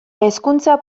hezkuntza